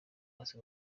hasi